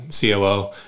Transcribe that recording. COO